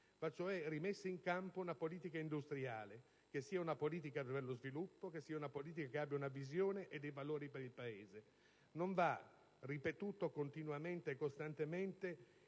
cioè rimessa in campo una politica industriale che sia una politica per lo sviluppo e che sia una politica che abbia una visione e dei valori per il Paese. Non va ripetuto costantemente